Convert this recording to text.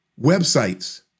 websites